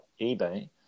eBay